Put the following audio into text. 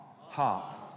Heart